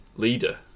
leader